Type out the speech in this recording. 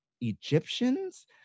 Egyptians